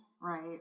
right